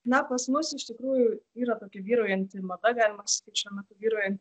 na pas mus iš tikrųjų yra tokia vyraujanti mada galima sakyt šiuo metu vyraujanti